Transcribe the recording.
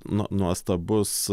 nuo nuostabus